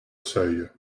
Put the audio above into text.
seuil